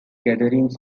gatherings